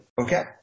Okay